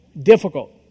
Difficult